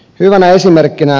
hyvänä esimerkkinä